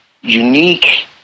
unique